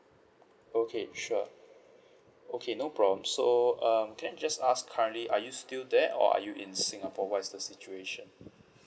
okay sure okay no problem so um can I just ask currently are you still there or are you in singapore what's the situation